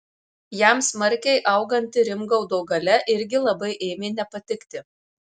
jam smarkiai auganti rimgaudo galia irgi labai ėmė nepatikti